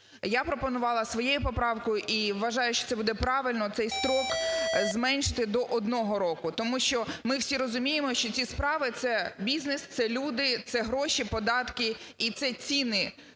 Я пропонувала своєю поправкою, і вважаю, що це буде правильно, цей строк зменшити до 1 року. Тому що ми всі розуміємо, що ці справи – це бізнес, це люди, це гроші, податки і це ціни,